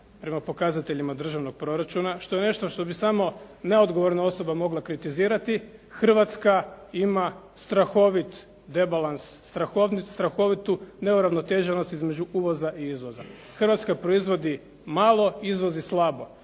prema pokazateljima državnog proračuna što je nešto što bi samo neodgovorna osoba mogla kritizirati, Hrvatska ima strahovit rebalans, strahovitu neuravnoteženost između uvoza i izvoza. Hrvatska proizvodi malo, izvozi slabo.